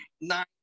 nine